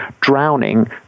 drowning